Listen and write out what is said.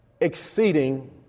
exceeding